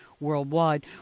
Worldwide